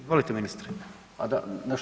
Izvolite ministre.